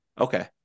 Okay